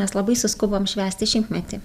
mes labai suskubom švęsti šimtmetį